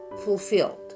fulfilled